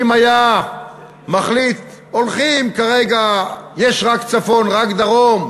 אם היה מחליט: הולכים כרגע, יש רק צפון, רק דרום,